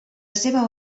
seva